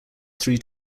three